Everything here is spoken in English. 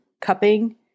cupping